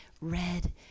red